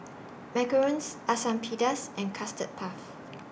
Macarons Asam Pedas and Custard Puff